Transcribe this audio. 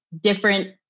different